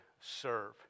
serve